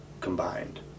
Combined